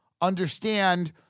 understand